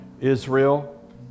israel